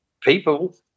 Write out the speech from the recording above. People